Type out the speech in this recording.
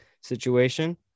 situation